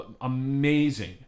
amazing